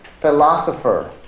philosopher